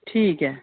ठीक ऐ